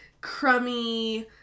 crummy